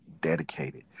dedicated